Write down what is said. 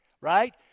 Right